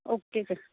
okay sir